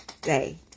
day